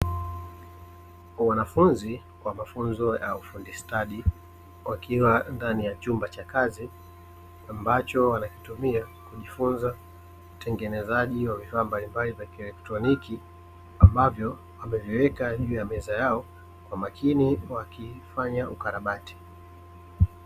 Wanafunzi wa mafunzo ya ufundi stadi, wakiwa ndani ya chumba cha kazi, ambacho wanakitumia kujifunza utengenezaji wa vifaa mbalimbali vya kielektroniki, ambavyo wameviweka juu ya meza yao kwa makini wakifanya ukarabati.